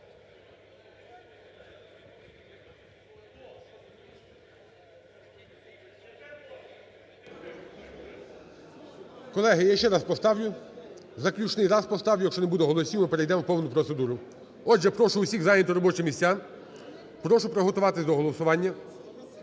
Колеги, я ще раз поставлю, заключний раз поставлю. Якщо не буде голосів, ми перейдемо в повну процедуру. Отже, прошу всіх зайняти робочі місця. Прошу приготуватись до голосування.